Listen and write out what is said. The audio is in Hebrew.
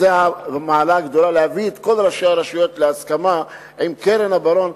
זו מעלה גדולה להביא את כל ראשי הרשויות להסכמה עם קרן הברון.